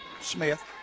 Smith